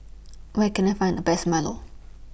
Where Can I Find The Best Milo